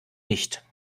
nicht